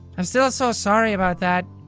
um still so sorry about that.